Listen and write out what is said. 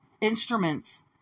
instruments